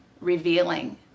revealing